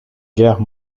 guerre